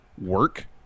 work